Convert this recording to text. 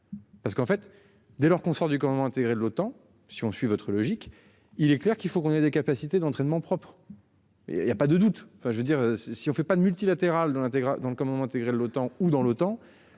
Parce qu'en fait, dès lors qu'on sort du commandement intégré de l'OTAN. Si on suit votre logique. Il est clair qu'il faut qu'on ait des capacités d'entraînement propre. Et il y a pas de doute, enfin je veux dire si on fait pas de multilatéral dont l'intégrer dans le commandement intégré de l'OTAN ou dans le